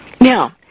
Now